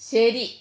ശരി